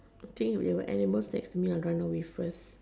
the thing if the animals sticks me I will run away first